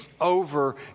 over